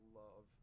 love